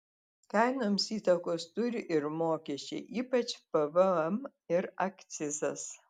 kainoms įtakos turi ir mokesčiai ypač pvm ir akcizas